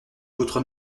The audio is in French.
votre